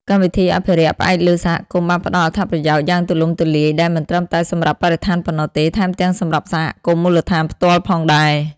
កម្មវិធីអភិរក្សផ្អែកលើសហគមន៍បានផ្ដល់អត្ថប្រយោជន៍យ៉ាងទូលំទូលាយ ដែលមិនត្រឹមតែសម្រាប់បរិស្ថានប៉ុណ្ណោះទេ ថែមទាំងសម្រាប់សហគមន៍មូលដ្ឋានផ្ទាល់ផងដែរ។